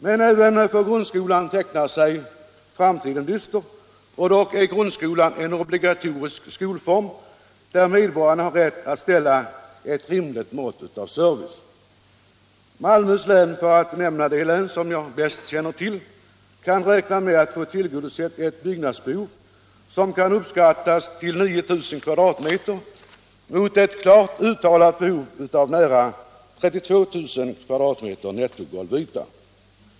Men även för grundskolan ter sig framtiden dyster — och då är ändå grundskolan en obligatorisk skolform på vilken medborgarna har rätt att ställa krav om ett rimligt mått av service. Malmöhus län — för att här nämna det län som jag bäst känner till — kan räkna med att få tillgodosett ett byggnadsbehov på uppskattningsvis 9 000 m ? mot ett klart uttalat behov på nära 32 000 m? nettogolvyta.